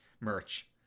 merch